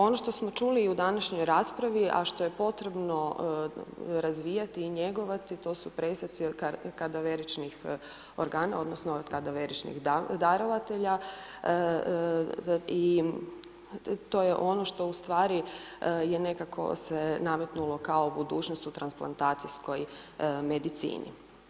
Ono što smo čuli i u današnjoj raspravi, a što je potrebno razvijati i njegovati, to su presjeci kadaveričnih organa odnosno kadaveričnih darovatelja i to je ono što u stvari je nekako se naviknulo kao u budućnost u transplantacijskoj medicini.